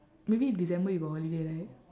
maybe december you got holiday right